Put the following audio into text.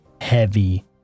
heavy